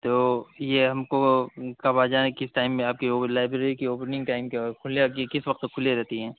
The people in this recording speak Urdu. تو یہ ہم کو کب آ جائیں کس ٹائم میں آپ کی لائبریری کی اوپنگ ٹائم کیا ہوگی کھلنے کی کس وقت کھلی رہتی ہے